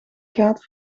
gaat